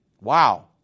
Wow